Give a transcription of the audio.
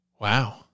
Wow